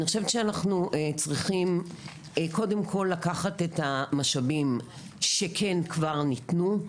אנחנו צריכים קודם כול לקחת את המשאבים שכן כבר ניתנו,